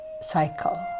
cycle